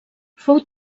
fou